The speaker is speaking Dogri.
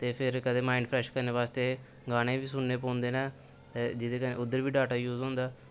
ते फिर कदें माइंड फ्रैश करने वास्तै गाने बी सुनने पौंदे न ते जेह्दे कन्नै उद्धर बी डाटा यूज होंदा